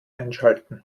einschalten